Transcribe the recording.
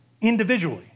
individually